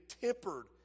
tempered